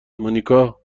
مونیکا